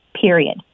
period